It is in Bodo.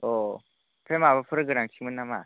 आमफ्राय माबाफोर गोनांथिमोन नामा